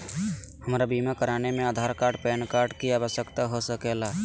हमरा बीमा कराने में आधार कार्ड पैन कार्ड की आवश्यकता हो सके ला?